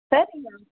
தேர்ட்டியா